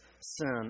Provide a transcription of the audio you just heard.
sin